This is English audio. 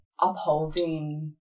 upholding